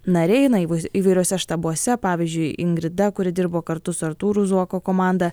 nariai na įv įvairiuose štabuose pavyzdžiui ingrida kuri dirbo kartu su artūru zuoko komanda